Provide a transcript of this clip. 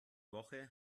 woche